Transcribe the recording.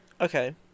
Okay